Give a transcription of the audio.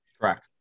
Correct